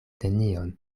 nenion